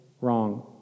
wrong